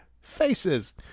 Faces